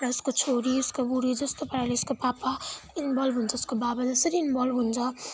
र उसको छोरी उसको बुढी जस्तो पाराले उसको पापा इन्भल्भ हुन्छ उसको बाबा जसरी इन्भल्भ हुन्छ